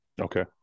Okay